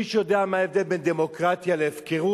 מישהו יודע מה ההבדל בין דמוקרטיה להפקרות?